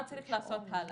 מה צריך לעשות הלאה?